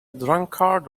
drunkard